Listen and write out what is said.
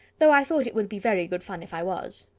though i thought it would be very good fun if i was.